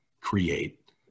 create